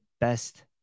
best